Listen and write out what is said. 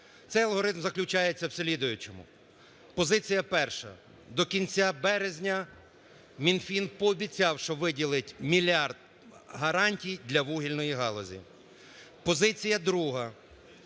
Цей алгоритм заключається в слідуючому. Позиція перша. До кінця березня Мінфін пообіцяв, що виділить мільярд гарантій для вугільної галузі. Позиція друга.